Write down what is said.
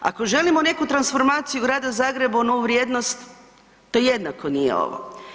Ako želimo neku transformaciju grada Zagreba u novu vrijednost, to jednako nije ovo.